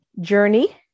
journey